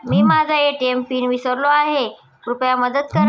मी माझा ATM PIN विसरलो आहे, कृपया मदत करा